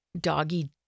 doggy